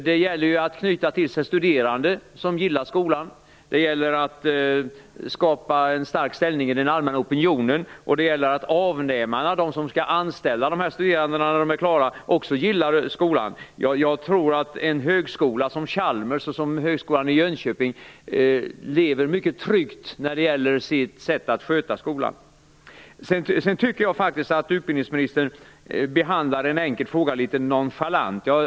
Det gäller ju att knyta till sig studerande som gillar skolan, det gäller att skapa en stark ställning i den allmänna opinionen och det gäller att avnämarna, de som skall anställa studenterna när de är klara, också gillar skolan. Jag tror att högskolor som Chalmers och högskolan i Jönköping lever mycket tryggt när det gäller det sätt skolan sköts på. Jag tycker att utbildningsministern behandlar en enkel fråga litet nonchalant.